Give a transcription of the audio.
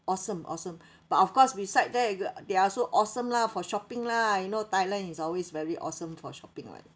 awesome awesome but of course beside there g~ they are so awesome lah for shopping lah you know thailand is always very awesome for shopping [what]